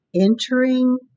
entering